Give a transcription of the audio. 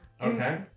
Okay